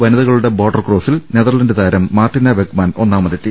വനിതകളുടെ ബോട്ടർ ക്രോസിൽ നെതർലാൻഡ് താരം മാർട്ടിന വെഗ്മാൻ ഒന്നാമതെത്തി